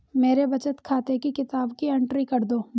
मेरे बचत खाते की किताब की एंट्री कर दो?